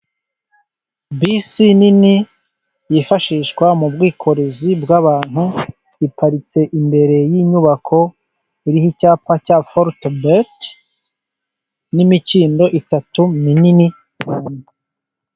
Bisi nini yifashishwa mu bwikorezi bw'abantu iparitse imbere y'inyubako iriho icyapa cya fortobet n'imikindo itatu minini.